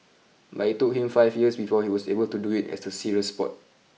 but it took him five years before he was able to do it as a serious sport